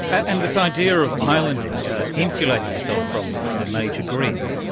and this idea of ah islanding, insulating yourself from from the major grid,